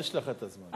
יש לך זמן.